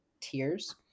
tiers